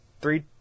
three